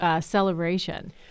celebration